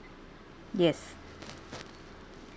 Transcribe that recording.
yes